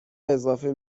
اضافه